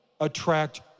attract